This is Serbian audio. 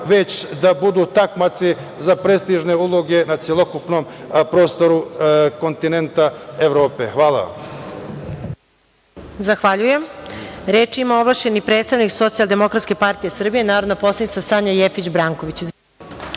već da budu takmaci za prestižne uloge na celokupnom prostoru kontinenta Evrope. Hvala